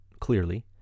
clearly